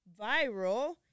viral